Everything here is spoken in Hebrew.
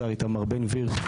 השר איתמר בן גביר,